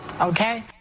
Okay